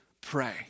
pray